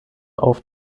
auf